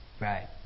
Right